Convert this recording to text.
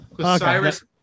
Cyrus